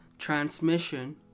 Transmission